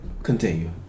Continue